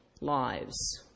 lives